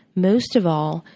most of all,